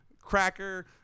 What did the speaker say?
cracker